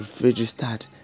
registered